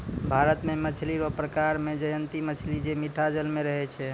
भारत मे मछली रो प्रकार मे जयंती मछली जे मीठा जल मे रहै छै